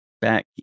back